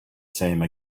same